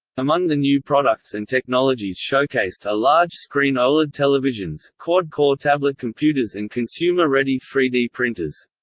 among the new products and technologies showcased are large-screen oled televisions, quad-core tablet computers and consumer-ready three d printers.